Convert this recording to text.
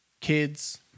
kids